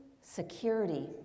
security